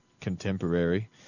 contemporary